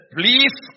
please